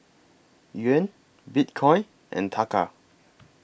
Yuan Bitcoin and Taka